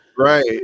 Right